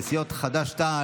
של סיעות חד"ש-תע"ל.